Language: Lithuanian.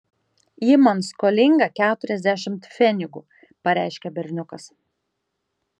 ji man skolinga keturiasdešimt pfenigų pareiškė berniukas